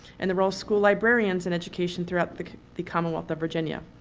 and the role school librarians in education throughout the the commonwealth of virginia.